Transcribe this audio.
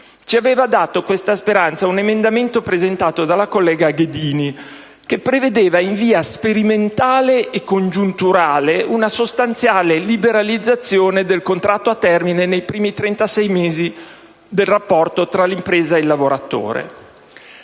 Ci aveva dato questa speranza un emendamento presentato dalla collega Ghedini, che prevedeva, in via sperimentale e congiunturale, una sostanziale liberalizzazione del contratto a termine nei primi trentasei mesi del rapporto tra l'impresa e il lavoratore.